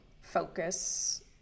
focus